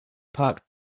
parked